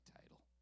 title